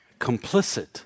complicit